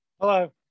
hello